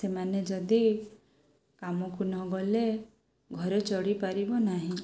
ସେମାନେ ଯଦି କାମକୁ ନ ଗଲେ ଘରେ ଚଳିପାରିବ ନାହିଁ